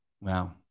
Wow